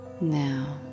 Now